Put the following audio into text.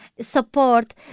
support